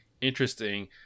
interesting